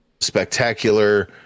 spectacular